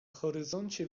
horyzoncie